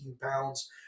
pounds